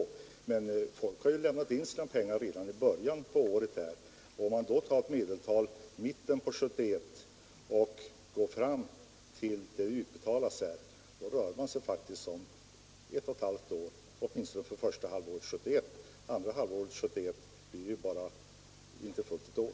Om man utgår från den genomsnittliga tidpunkten för inbetalningarna för första halvåret 1971 och räknar fram till dess att utbetalningen sker, rör det sig faktiskt om ett och ett halvt år. För inbetalningarna andra halvåret 1971 blir tiden inte fullt ett år.